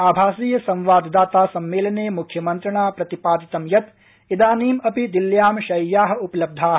आभासीय संवाददाता सम्मेलने मुख्यमन्त्रिणा प्रतिपादितं यत् इदानीम् अपि दिल्ल्यां दशसहस्र शय्या उपलब्धा